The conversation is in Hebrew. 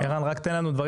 אין לנו הרבה זמן.